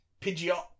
Pidgeot